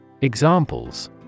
Examples